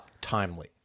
timely